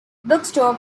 bookstore